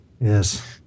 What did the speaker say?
Yes